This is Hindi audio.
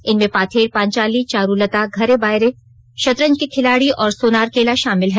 इनमें पाथेर पांचाली चारूलता घरे बायरे शतरंज के खिलाड़ी और सोनार केला शामिल हैं